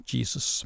Jesus